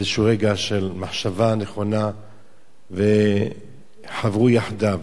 לאיזה רגע של מחשבה נכונה וחברו יחדיו.